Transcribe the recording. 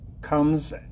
comes